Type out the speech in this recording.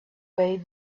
way